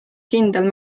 kindel